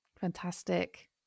Fantastic